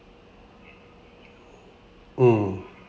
mm